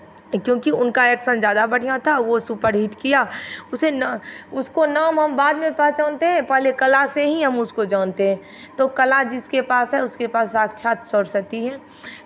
क्योंकि उनका एक्शन ज़्यादा बढ़ियाँ था वो सुपर हिट किया उसे ना उसको नाम वो बाद में पहचानते हैं पहले कला से ही हम उसको जानते हैं तो कला जिसके पास है उसके पास साक्षात सरस्वती है